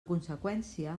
conseqüència